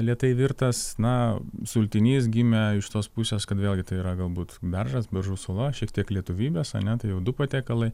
lėtai virtas na sultinys gimė iš tos pusės kad vėlgi tai yra galbūt beržas beržų sula šiek tiek lietuvybės ar ne tai jau du patiekalai